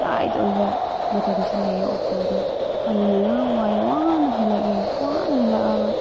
tight ꯑꯣꯏꯕ ꯃꯇꯝꯁꯨ ꯂꯩꯑꯦ ꯑꯣꯛꯇꯣꯗꯣ ꯑꯗꯨꯅ ꯌꯥꯥꯝ ꯋꯥꯏꯑꯦ ꯋꯥꯅ ꯍꯜꯂꯛꯑꯦ ꯋꯥꯅ ꯍꯜꯂꯛꯑꯒ